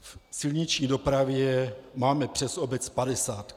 V silniční dopravě máme přes obec padesátku.